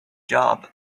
job